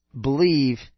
believe